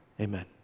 amen